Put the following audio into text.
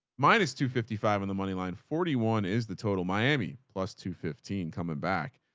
minus two fifty five. and the money line forty one is the total miami plus two fifteen coming back.